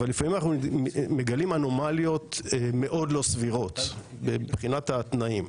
אבל לפעמים אנחנו מגלים אנומליות מאוד לא סבירות מבחינת התנאים.